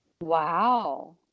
Wow